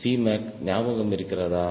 Cmac ஞாபகம் இருக்கிறதா